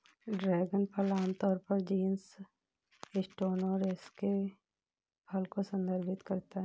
dragon फल आमतौर पर जीनस स्टेनोसेरेस के फल को संदर्भित करता है